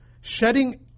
shedding